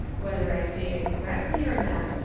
whether i state it correctly or not,